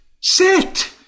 sit